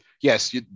Yes